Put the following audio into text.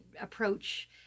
approach